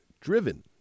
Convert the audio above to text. driven